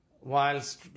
whilst